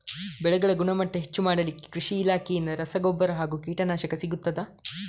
ಬೆಳೆಗಳ ಗುಣಮಟ್ಟ ಹೆಚ್ಚು ಮಾಡಲಿಕ್ಕೆ ಕೃಷಿ ಇಲಾಖೆಯಿಂದ ರಸಗೊಬ್ಬರ ಹಾಗೂ ಕೀಟನಾಶಕ ಸಿಗುತ್ತದಾ?